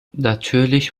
natürlich